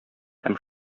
һәм